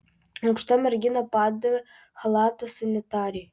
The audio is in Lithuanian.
aukšta mergina padavė chalatą sanitarei